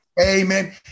Amen